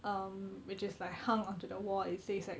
um which is like hung onto the wall it says like